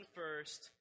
first